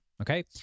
okay